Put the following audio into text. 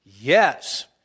Yes